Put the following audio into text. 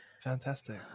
Fantastic